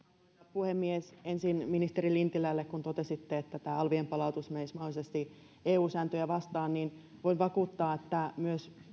puhemies ensin ministeri lintilälle kun totesitte että tämä alvien palautus menisi mahdollisesti eu sääntöjä vastaan voin vakuuttaa että myös